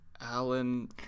Alan